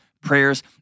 prayers